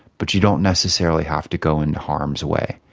but you don't necessarily have to go into harm's way.